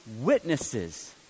witnesses